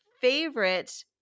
favorite